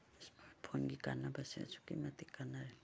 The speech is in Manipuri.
ꯐꯣꯟꯒꯤ ꯀꯥꯟꯅꯕꯁꯦ ꯑꯁꯨꯛꯛꯤ ꯃꯇꯤꯛ ꯀꯥꯟꯅꯔꯦ